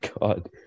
God